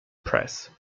press